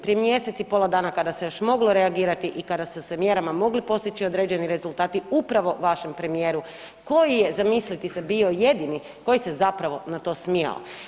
Prije mjesec i pol dana kada se još moglo reagirati i kada su se sa mjerama mogli postići određeni rezultati upravo vašem premijeru koji je zamisliti se bio jedini koji se zapravo na to smijao.